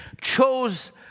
chose